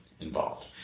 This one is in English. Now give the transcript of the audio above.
involved